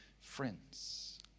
friends